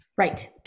Right